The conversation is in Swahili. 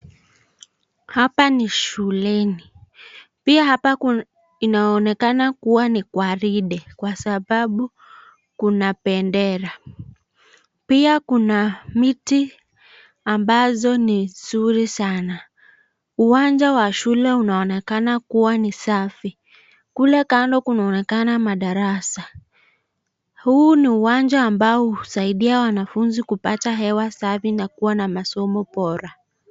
Hapa ni shuleni. Pia hapa inaonekana kuwa ni kwa gwaride kwa sababu kuna bendera. Pia kuna miti ambazo ni nzuri sana. Uwanja wa shule unaonekana kuwa ni safi. Kule kando kunaonekana madarasa. Huu ni uwanja ambao husaidia wanafunzi kupata hewa safi na kuwa na masomo bora.